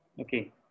Okay